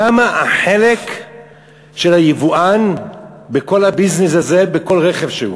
כמה החלק של היבואן בכל הביזנס הזה בכל רכב שהוא?